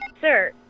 Sir